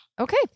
Okay